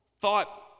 thought